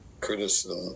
criticism